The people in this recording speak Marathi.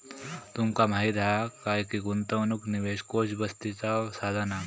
तुमका माहीत हा काय की गुंतवणूक निवेश कोष बचतीचा साधन हा